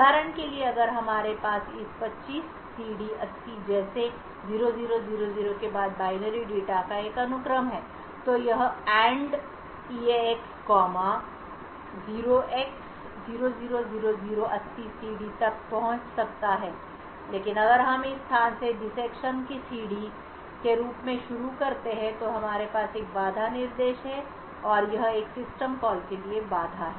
उदाहरण के लिए अगर हमारे पास इस 25 सीडी 80 जैसे 00 00 के बाद बाइनरी डेटा का एक अनुक्रम है तो यह AND eax comma 0x000080CD तक पहुंच सकता है लेकिन अगर हम इस स्थान से डिस्सेक्शन को सीडी 80 00 00 के रूप में शुरू करते हैं तो हमारे पास एक बाधा निर्देश है और यह एक सिस्टम कॉल के लिए एक बाधा है